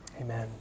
amen